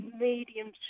medium